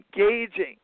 engaging